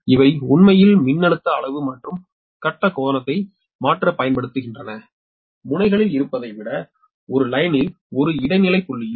இவை உண்மையில் மின்னழுத்த அளவு மற்றும் கட்ட கோணத்தை மாற்ற பயன்படுகின்றன முனைகளில் இருப்பதை விட ஒரு வரியில் ஒரு இடைநிலை புள்ளியில்